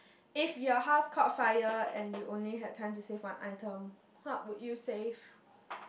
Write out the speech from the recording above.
if your house caught fire and you only had time to save one item what would you save